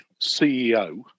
CEO